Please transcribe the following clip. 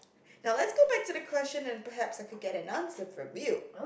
now lets go back to the question and perhaps I can get an answer from you